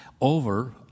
over